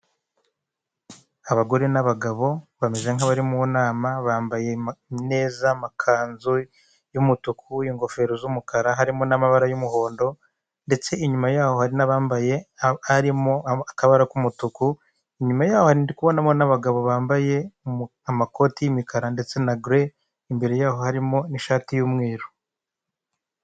Iyi ni inzu ikoreramo ikigo kizwi cyane mu Rwanda mu gutanga ubwishingizi, gikoresha amabara y'umweru n'ubururu kandi gitanga ubwishingizi bw'ubuzima, si ubuzima gusa kandi batanga ubwishingizi ku bintu bigiye bitandukanye, imitungo mu gihe umuntu imitungo yahuye n'ikibazo cyangwa se ikinyabiziga cye cyahuye n'impanuka baramufasha kugirango yongere asubirane ibyo yahombye.